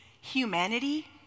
humanity